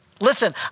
Listen